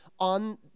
on